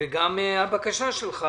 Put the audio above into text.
גם הבקשה שלך.